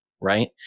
right